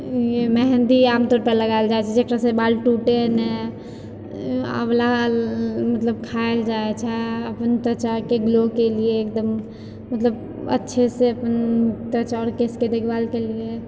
मेहँदी आमतौर पर लगाएल जाए छै जकरासँ बाल टूटे नहि आँवला मतलब खाएल जाय छै त्वचाके ग्लोके लिए एकदम मतलब अच्छे से त्वचा आओर केशके देखभालके लिए